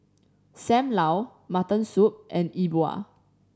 Sam Lau mutton soup and E Bua